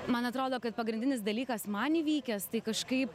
man atrodo kad pagrindinis dalykas man įvykęs tai kažkaip